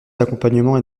d’accompagnement